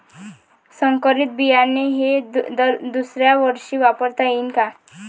संकरीत बियाणे हे दुसऱ्यावर्षी वापरता येईन का?